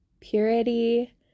purity